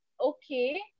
okay